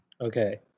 Okay